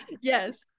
Yes